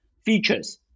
features